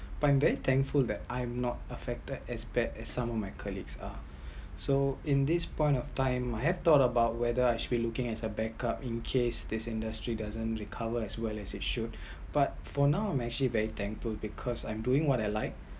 I’m very thankful that I’m not affected as bad as some of my colleagues are so in this point of time I had thought about whether I should looking as a backup in case this industry doesn’t recover as well as it should but for now I’m actually very thankful because I’m doing what I like